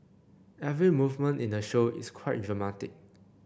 every movement in the show is quite dramatic